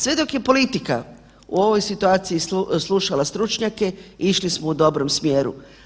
Sve dok je politika u ovoj situaciji slušala stručnjake išli smo u dobrom smjeru.